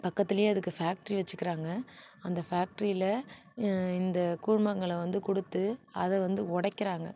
பக்கத்திலயே அதுக்கு ஃபேக்டரி வச்சிக்கிறாங்க அந்த ஃபேக்டரியில் இந்த கூழ்மங்களை வந்து கொடுத்து அதை வந்து உடைக்கிறாங்க